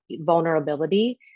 vulnerability